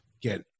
get